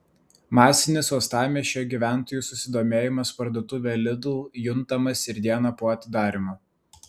masinis uostamiesčio gyventojų susidomėjimas parduotuve lidl juntamas ir dieną po atidarymo